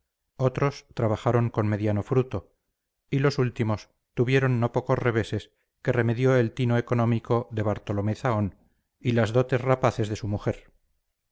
otros trabajaron con mediano fruto y los últimos tuvieron no pocos reveses que remedió el tino económico de bartolomé zahón y las dotes rapaces de su mujer